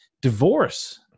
divorce